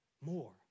more